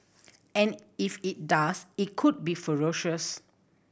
and if it does it could be ferocious